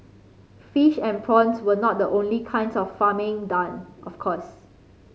fish and prawns were not the only kinds of farming done of course